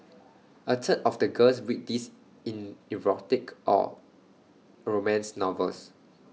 A third of the girls read these in erotic or romance novels